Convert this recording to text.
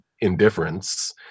indifference